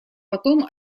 потом